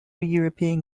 european